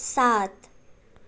सात